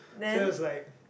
so that's like